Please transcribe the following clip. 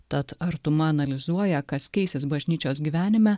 tad artuma analizuoja kas keisis bažnyčios gyvenime